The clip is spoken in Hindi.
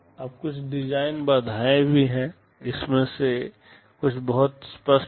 अब कुछ डिज़ाइन बाधाएँ भी हैं इनमें से कुछ बहुत स्पष्ट हैं